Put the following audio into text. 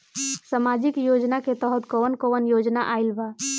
सामाजिक योजना के तहत कवन कवन योजना आइल बा?